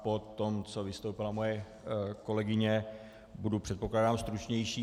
Poté co vystoupila moje kolegyně, budu, předpokládám, stručnější.